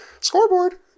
scoreboard